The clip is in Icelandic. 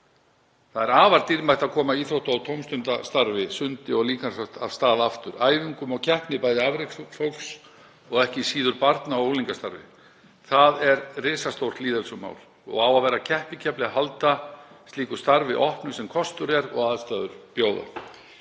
Það er afar dýrmætt að koma íþrótta- og tómstundastarfi, sundi og líkamsrækt af stað aftur og æfingum og keppni afreksfólks en ekki síður barna- og unglingastarfi. Það er risastórt lýðheilsumál og á að vera keppikefli að halda slíku starfi opnu eins og kostur er og aðstæður bjóða.